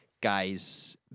guys